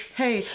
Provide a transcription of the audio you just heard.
hey